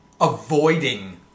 avoiding